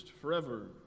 forever